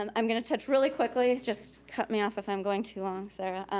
um i'm gonna touch really quickly, just cut me off if i'm going too long, so.